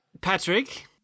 Patrick